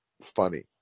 funny